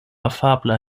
afabla